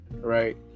right